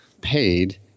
paid